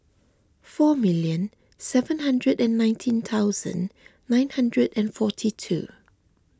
four million seven hundred and nineteen thousand nine hundred and forty two